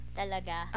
talaga